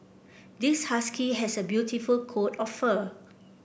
this husky has a beautiful coat of fur